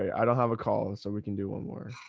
i don't have a call and so we can do one more.